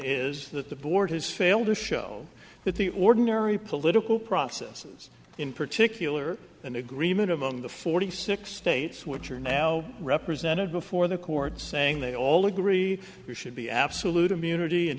is that the board has failed to show that the ordinary political processes in particular an agreement among the forty six states which are now represented before the court saying they all agree there should be absolute immunity